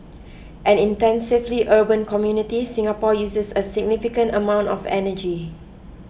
an intensively urban community Singapore uses a significant amount of energy